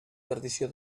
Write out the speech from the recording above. perdició